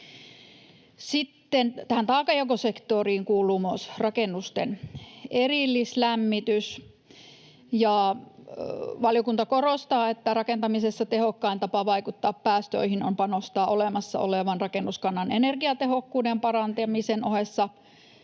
taakanjakosektoriin kuuluu myös rakennusten erillislämmitys. Valiokunta korostaa, että rakentamisessa tehokkain tapa vaikuttaa päästöihin on panostaa olemassa olevan rakennuskannan energiatehokkuuden parantamisen ohessa